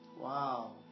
Wow